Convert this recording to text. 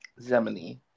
Zemini